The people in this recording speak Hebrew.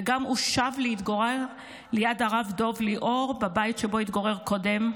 וגם הוא שב להתגורר ליד הרב דוב ליאור בבית שבו התגורר קודם,